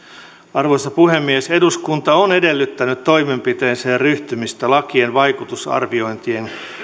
arvoisa puhemies eduskunta on edellyttänyt toimenpiteisiin ryhtymistä lakien vaikutusarviointeja